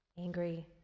Angry